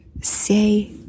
say